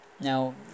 Now